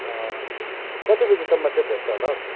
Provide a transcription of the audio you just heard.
कति बजीसम्म चाहिँ भेट्छ होला हो